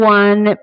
one